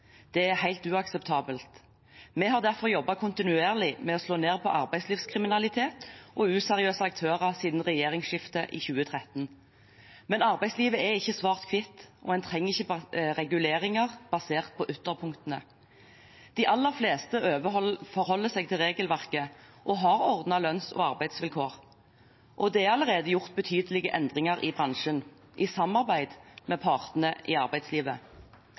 Det er helt uakseptabelt. Vi har derfor jobbet kontinuerlig med å slå ned på arbeidslivskriminalitet og useriøse aktører siden regjeringsskiftet i 2013. Men arbeidslivet er ikke svart-hvitt, og en trenger ikke reguleringer basert på ytterpunktene. De aller fleste forholder seg til regelverket og har ordnede lønns- og arbeidsvilkår. Det er allerede gjort betydelige endringer i bransjen i samarbeid med partene i arbeidslivet.